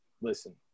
listen